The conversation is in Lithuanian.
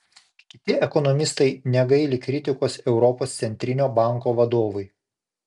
kiti ekonomistai negaili kritikos europos centrinio banko vadovui